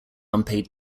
unpaid